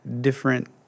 different